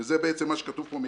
זה מה שכתוב פה,